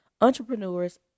entrepreneurs